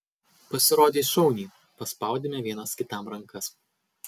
pasirodei šauniai paspaudėme vienas kitam rankas